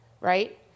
right